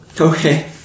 Okay